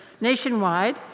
nationwide